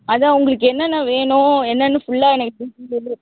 அதான் உங்களுக்கு என்னென்ன வேணும் என்னன்னு ஃபுல்லாக எனக்கு ஃபுல் டீட்டெயிலு